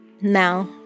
now